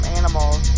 animals